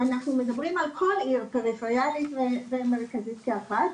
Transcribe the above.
אנחנו מדברים על כל עיר פריפריאלית ומרכזית כאחת.